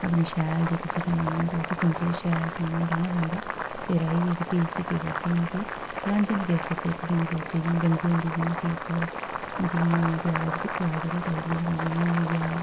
अपनी शैल जित्थें लाना होंदा खुंबै ई शैल राह्ना बाह्ना पौंदा ते राहियै प्ही इसी केह् करदे न के लांदे नी केसर ते प्ही इसदा केह् करदे न के एह्दे गंडे होंदे जि'यां प्याज आह्ले टाइप दे जि'यां जि'यां होइया